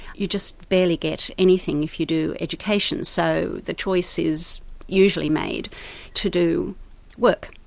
you just barely get anything if you do education. so the choice is usually made to do work.